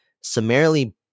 summarily